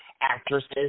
actresses